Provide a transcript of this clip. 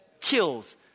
kills